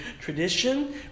tradition